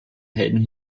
helden